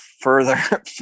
further